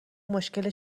مشکل